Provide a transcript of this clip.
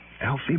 Alfie